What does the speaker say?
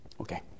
Okay